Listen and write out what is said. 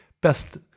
best